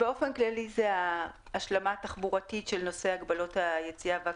באופן כללי זה ההשלמה התחבורתית של נושא הגבלות הכניסה